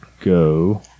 go